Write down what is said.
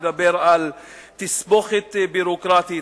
מדבר על תסבוכת ביורוקרטית,